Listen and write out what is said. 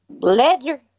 Ledger